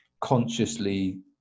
consciously